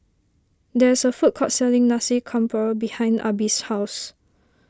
there is a food court selling Nasi Campur behind Arbie's house